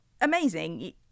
amazing